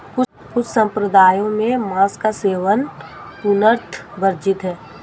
कुछ सम्प्रदायों में मांस का सेवन पूर्णतः वर्जित है